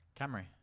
Camry